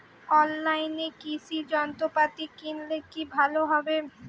অনলাইনে কৃষি যন্ত্রপাতি কিনলে কি ভালো হবে?